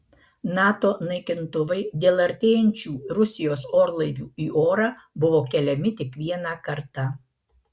nato naikintuvai dėl artėjančių rusijos orlaivių į orą buvo keliami tik vieną kartą